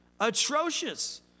atrocious